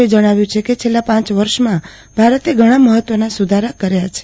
એ જણાવ્યું છે કે છેલ્લા પાંચ વર્ષમાં ભારતે ઘણા મહત્વના સુધારા કર્યા છે